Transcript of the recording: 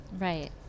right